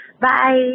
Bye